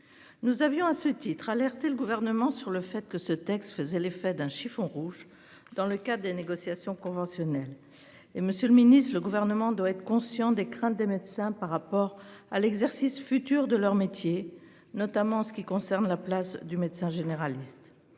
Nous avions à ce titre alerter le gouvernement sur le fait que ce texte faisait l'effet d'un chiffon rouge dans le cadre des négociations conventionnelles et Monsieur le Ministre, le gouvernement doit être conscient des craintes des médecins par rapport à l'exercice futur de leur métier, notamment en ce qui concerne la place du médecin généraliste